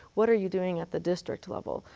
what are you doing at the district level?